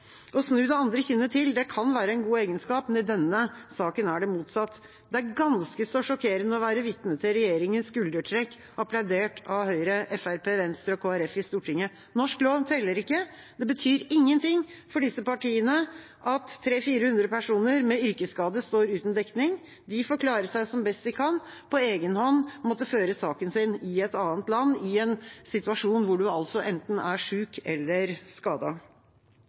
Å snu det andre kinnet til kan være en god egenskap, men i denne saken er det motsatt. Det er ganske så sjokkerende å være vitne til regjeringas skuldertrekk, applaudert av Høyre, Fremskrittspartiet, Venstre og Kristelig Folkeparti i Stortinget. Norsk lov teller ikke. Det betyr ingenting for disse partiene at 300–400 personer med yrkesskade står uten dekning. De får klare seg som best de kan, og på egen hånd måtte føre saken sin i et annet land, i en situasjon hvor man altså enten er sjuk eller